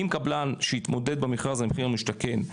אם קבלן שהתמודד במכרז המחיר למשתכן,